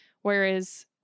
Whereas